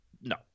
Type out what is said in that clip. No